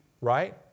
right